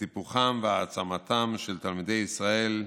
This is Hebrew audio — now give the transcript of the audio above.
לטיפוחם והעצמתם של תלמידי ישראל,